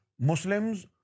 Muslims